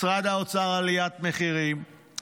משרד האוצר, עליית מחירים,